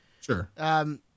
Sure